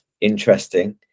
interesting